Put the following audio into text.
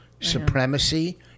supremacy